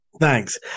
Thanks